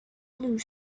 blue